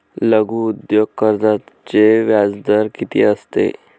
लघु उद्योग कर्जाचे व्याजदर किती असते?